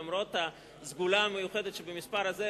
למרות הסגולה המיוחדת שבמספר הזה,